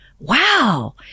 wow